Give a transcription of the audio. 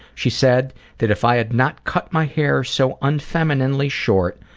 she said that if i had not cut my hair so unfeminenely short,